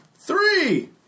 Three